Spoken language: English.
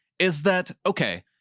is that okay?